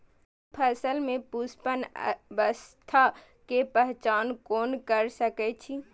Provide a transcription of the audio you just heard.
हम फसल में पुष्पन अवस्था के पहचान कोना कर सके छी?